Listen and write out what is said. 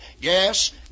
Yes